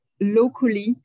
locally